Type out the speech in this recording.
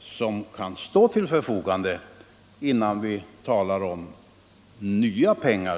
som kan stå till förfogande, innan man talar om nya pengar.